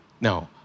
No